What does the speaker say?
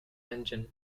engine